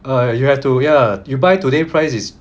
err you have to ya you buy today price is